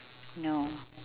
no